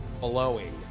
blowing